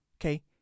okay